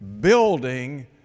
building